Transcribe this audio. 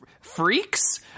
freaks